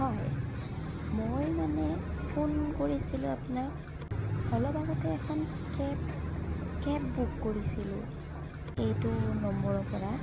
হয় মই মানে ফোন কৰিছিলোঁ আপোনাক অলপ আগতে এখন কেব কেব বুক কৰিছিলোঁ এইটো নম্বৰৰ পৰা